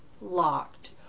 locked